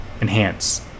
Enhance